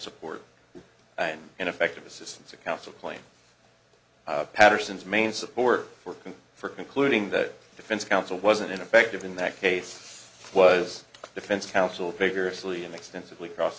support an ineffective assistance of counsel claim patterson's main support working for concluding that defense counsel wasn't ineffective in that case was defense counsel vigorously and extensively cross